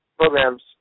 Programs